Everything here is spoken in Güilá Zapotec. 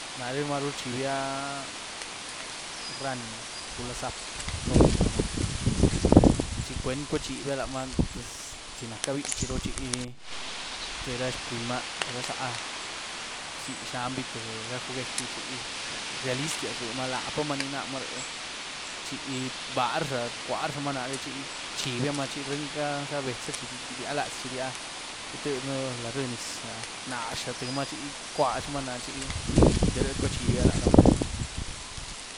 Naré máruh rchibia rran gula zap, ropte´ramaa, ¿chicuen cuachibia lamaa?, chi nacáh bichiru chi tíé ra xprima, tíé ra zá bzi xnanbi tíé ra juguet gí chi realista rluma, lapamaa ní namaa ríé, chi rbarazha rcuarazhamaa naré, chi bchibiamaa, chi ryienca´za betza chi ria latz, chi ria, tiedën lad un nyiz rnazxa tíémaa chi icuazhamaa náh, chi de rïe cua chibia laramaa.